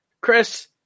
Chris